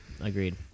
agreed